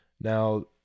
Now